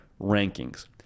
rankings